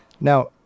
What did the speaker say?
Now